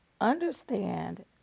understand